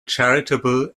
charitable